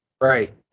Right